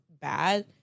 bad